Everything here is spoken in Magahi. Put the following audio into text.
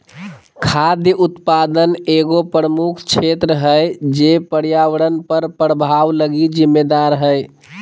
खाद्य उत्पादन एगो प्रमुख क्षेत्र है जे पर्यावरण पर प्रभाव लगी जिम्मेदार हइ